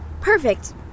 Perfect